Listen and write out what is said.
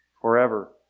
forever